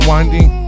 Winding